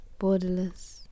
borderless